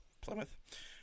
Plymouth